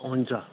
हुन्छ